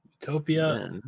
Utopia